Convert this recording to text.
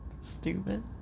Stupid